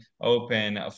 open